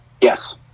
Yes